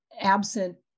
absent